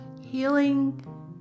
Healing